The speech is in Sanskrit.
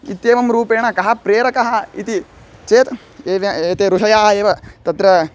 इत्येवं रूपेण कः प्रेरकः इति चेत् एते ऋषयः एव तत्र